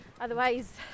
otherwise